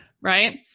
right